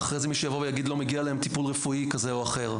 ואחרי זה מישהו יבוא ויגיד שלא מגיע להם טיפול רפואי כזה או אחר.